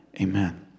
Amen